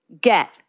get